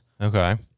Okay